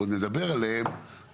ועוד נדבר עליהם,